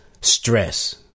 stress